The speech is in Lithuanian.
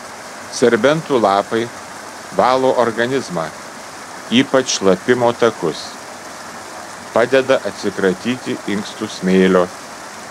serbentų lapai valo organizmą ypač šlapimo takus padeda atsikratyti inkstų smėlio